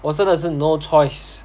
我真的是 no choice